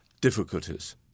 difficulties